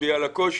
מצביע על הקושי.